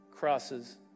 Crosses